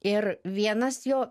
ir vienas jo